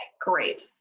great